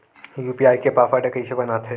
UPI के password कइसे बनाथे?